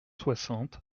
soixante